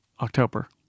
October